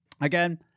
again